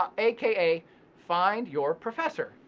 ah aka find your professor,